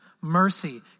mercy